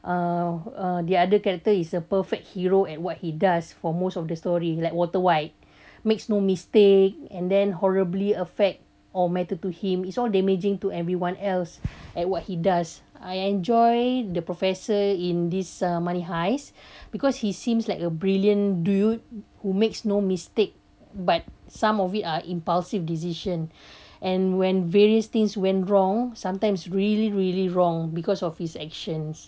uh uh the other character is a perfect hero and what he does for most of the story like walter white makes no mistake and then horribly effect or matter to him so damaging to everyone else at what he does I enjoy the professor in this uh money heist because he seems like a brilliant dude who makes no mistakes but some of it are impulsive decision and when various things went wrong sometimes really really wrong because of his actions